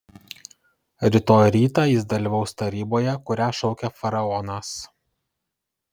rytoj rytą jis dalyvaus taryboje kurią šaukia faraonas